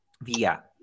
Via